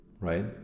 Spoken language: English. right